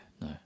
no